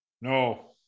No